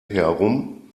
herum